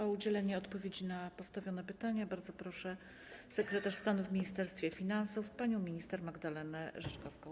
O udzielenie odpowiedzi na postawione pytania bardzo proszę sekretarz stanu w Ministerstwie Finansów panią minister Magdalenę Rzeczkowską.